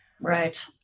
Right